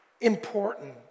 important